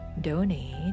donate